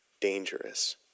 dangerous